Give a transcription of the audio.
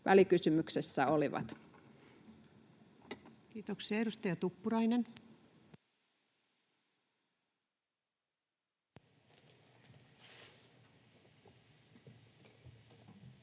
välikysymyksessä olivat. Kiitoksia. — Edustaja Tuppurainen.